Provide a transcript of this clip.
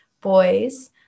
boys